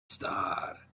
star